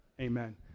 Amen